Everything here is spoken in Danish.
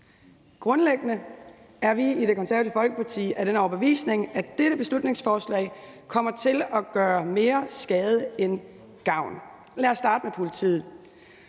Grundlæggende er vi i Det Konservative Folkeparti af den overbevisning, at dette beslutningsforslag kommer til at gøre mere skade end gavn. Lad os starte med politiet.